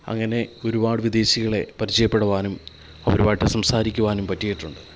അങ്ങനെ ഒരുപാട് വിദേശികളെ പരിചയപ്പെടുവാനും അവരുമായിട്ട് സംസാരിക്കുവാനും പറ്റിയിട്ടുണ്ട്